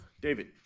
David